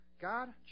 God